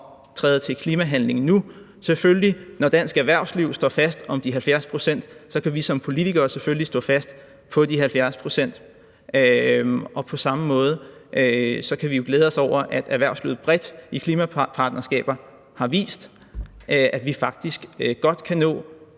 skride til klimahandling nu. Når dansk erhvervsliv står fast på de 70 pct., kan vi som politikere selvfølgelig også stå fast på de 70 pct., og på samme måde kan vi jo glæde os over, at erhvervslivet bredt i klimapartnerskaber har vist, at vi faktisk godt kan nå